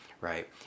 Right